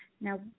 Now